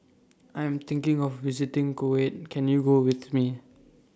I Am thinking of visiting Kuwait Can YOU Go with Me